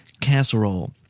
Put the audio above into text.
casserole